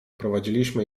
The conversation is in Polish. prowadziliśmy